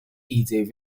easy